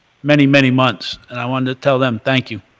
many, many months. and i wanted to tell them thank you,